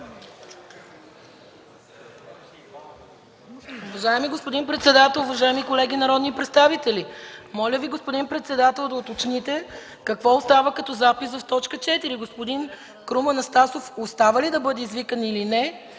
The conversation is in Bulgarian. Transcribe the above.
Уважаеми господин председател, уважаеми колеги народни представители! Господин председател, моля Ви да уточните какво остава като запис в т. 4? Господин Крум Анастасов остава ли да бъде извикан, или не